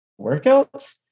workouts